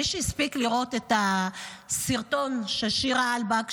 מי שהספיק לראות את הסרטון של שירה אלבג,